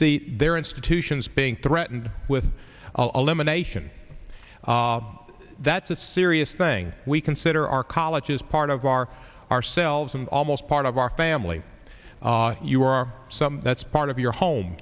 see their institutions being threatened with a lemonade can that's a serious thing we consider our colleges part of our ourselves and almost part of our family you are some that's part of your home